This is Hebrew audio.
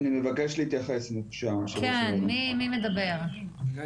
אני מבקש להתייחס, אם אפשר.